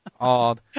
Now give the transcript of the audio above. odd